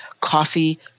coffee